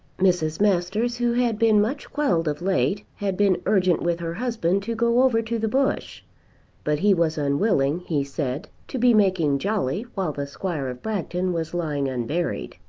mrs. masters, who had been much quelled of late, had been urgent with her husband to go over to the bush but he was unwilling, he said, to be making jolly while the squire of bragton was lying unburied.